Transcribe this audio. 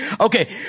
Okay